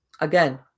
again